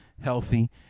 healthy